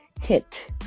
hit